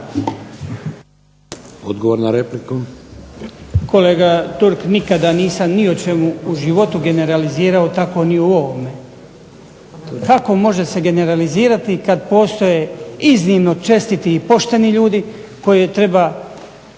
Odgovor na repliku.